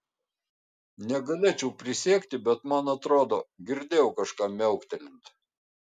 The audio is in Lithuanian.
negalėčiau prisiekti bet man atrodo girdėjau kažką miauktelint